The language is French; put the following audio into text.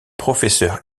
professeur